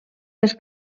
les